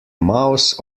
mouse